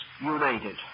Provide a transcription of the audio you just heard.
united